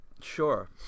Sure